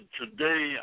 today